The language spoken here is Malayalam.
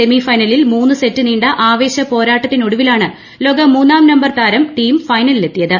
സെമി ഫൈനലിൽ മൂന്ന് സെറ്റ് നീണ്ട ആവേശ പോരാട്ടത്തിനൊടുവിലാണ് ലോക മൂന്നാം നമ്പർ താരം തീം ഫൈനലിലെത്തിയത്